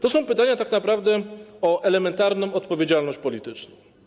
To są pytania tak naprawdę o elementarną odpowiedzialność polityczną.